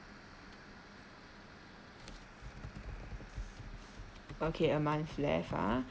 okay a month left ah